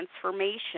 transformation